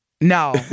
No